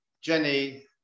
jenny